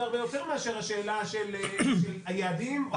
רבה יותר מאשר השאלה של היעדים או הסיפור.